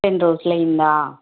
రెండు రోజులు అయ్యిందా